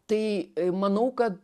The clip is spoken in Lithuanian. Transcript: tai manau kad